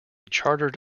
chartered